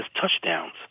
touchdowns